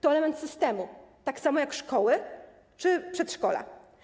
To element systemu, tak samo jak szkoły czy przedszkola.